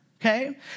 okay